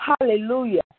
hallelujah